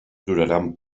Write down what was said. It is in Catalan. duraran